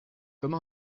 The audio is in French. comme